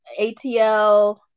ATL